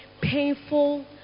painful